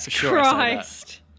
Christ